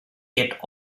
get